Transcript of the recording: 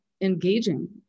engaging